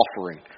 offering